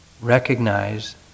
Recognize